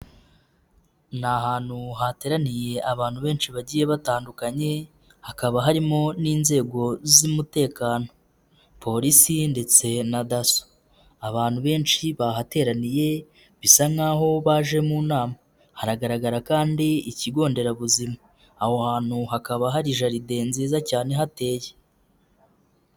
Ni ahantu hateraniye abantu benshi bagiye batandukanye hakaba harimo n'inzego z'umutekano Polisi ndetse na Daso, abantu benshi bahateraniye bisa nkaho baje mu nama, haragaragara kandi ikigo nderabuzima, aho hantu hakaba hari jaride nziza cyane ihateye.